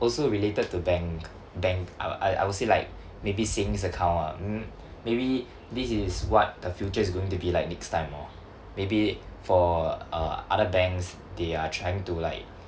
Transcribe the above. also related to bank bank I I I would say like maybe savings account ah m~ maybe this is what the future is going to be like next time orh maybe for uh other banks they are trying to like